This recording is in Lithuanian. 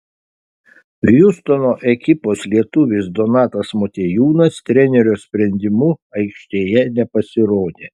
hjustono ekipos lietuvis donatas motiejūnas trenerio sprendimu aikštėje nepasirodė